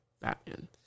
Batman